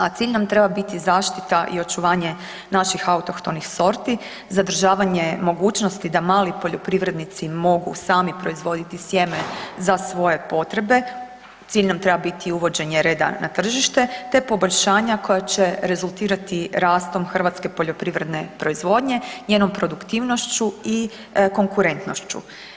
A cilj nam treba biti zaštita i očuvanje naših autohtonih sorti, zadržavanje mogućnosti da mali poljoprivrednici mogu sami proizvoditi sjeme za svoje potrebe, cilj na treba biti uvođenje reda na tržište, te poboljšanja koja će rezultirati rastom hrvatske poljoprivredne proizvodnje, njenom produktivnošću i konkurentnošću.